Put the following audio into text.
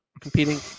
competing